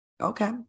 Okay